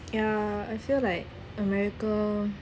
ya I feel like america